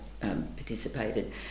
participated